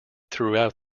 throughout